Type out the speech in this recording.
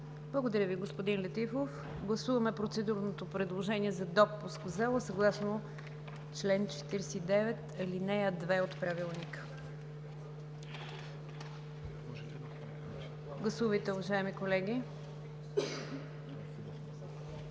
Благодаря Ви, господин Летифов. Гласуваме процедурното предложение за допуск в залата, съгласно чл. 49, ал. 2 от Правилника. Гласували 84 народни